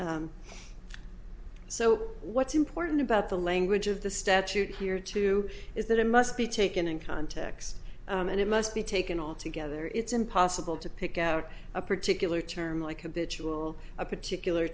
quite so what's important about the language of the statute here too is that it must be taken in context and it must be taken all together it's impossible to pick out a particular term like habitual a particular